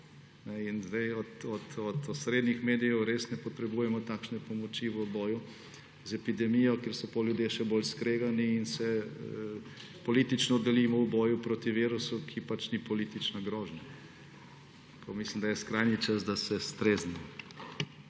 In od osrednjih medijev res ne potrebujemo takšne pomoči v boju z epidemijo, ker so potem ljudje še bolj skregani in se politično delimo v boju proti virusu, ki ni politična grožnja. Pa mislim, da je skrajni čas, da se streznimo.